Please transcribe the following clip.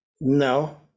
no